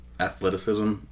Athleticism